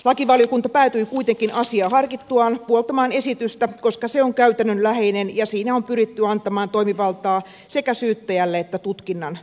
lakivaliokunta kuitenkin päätyi asiaa harkittuaan puoltamaan esitystä koska se on käytännönläheinen ja siinä on pyritty antamaan toimivaltaa sekä syyttäjälle että tutkinnanjohtajalle